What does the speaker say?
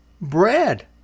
bread